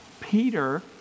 Peter